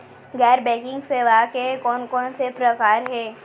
गैर बैंकिंग सेवा के कोन कोन से प्रकार हे?